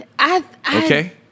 Okay